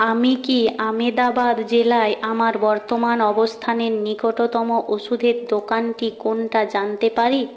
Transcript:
আমি কি আমেদাবাদ জেলায় আমার বর্তমান অবস্থানের নিকটতম ওষুধের দোকানটি কোনটা জানতে পারি